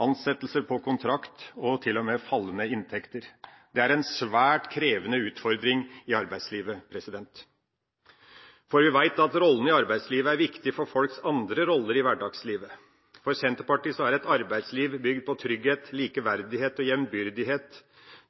ansettelser på kontrakt og til og med fallende inntekter. Det er en svært krevende utfordring i arbeidslivet. Vi vet at rollene i arbeidslivet er viktig for folks andre roller i hverdagslivet. For Senterpartiet er et arbeidsliv bygd på trygghet, likeverdighet og jevnbyrdighet,